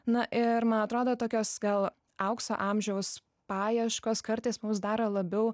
na ir man atrodo tokios gal aukso amžiaus paieškos kartais mums daro labiau